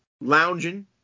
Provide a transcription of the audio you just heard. lounging